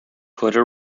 puerto